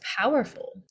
powerful